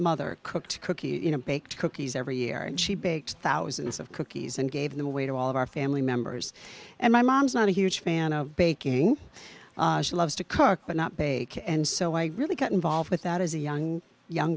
mother cooked cookies you know baked cookies every year and she baked thousands of cookies and gave the way to all of our family members and my mom's not a huge fan of baking loves to cook but not bake and so i really got involved with that as a young young